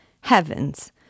Heavens